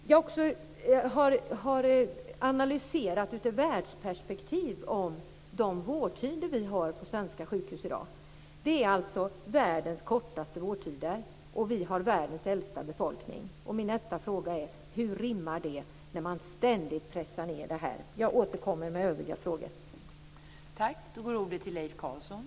Jag har analyserat de vårdtider vi har på svenska sjukhus i dag i världsperspektiv. Vi har världens kortaste vårdtider, och vi har ändå världens äldsta befolkning. Min nästa fråga är: Hur rimmar det med att man ständigt pressar ned vårdtiderna?